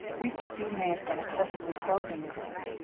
we think you may have been excessively prodemocratic.